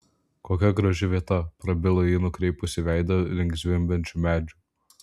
kokia graži vieta prabilo ji nukreipusi veidą link zvimbiančių medžių